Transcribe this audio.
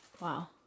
Wow